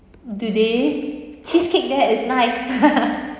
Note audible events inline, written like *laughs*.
do they cheesecake there is nice *laughs*